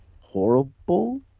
horrible